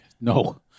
no